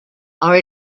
are